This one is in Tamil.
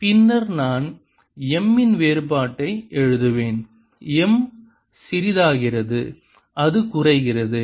பின்னர் நான் M இன் வேறுபாட்டை எழுதுவேன் M சிறிதாகிறது அது குறைகிறது